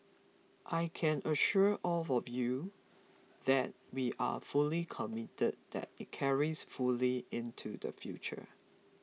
I can assure all of you that we are fully committed that it carries fully into the future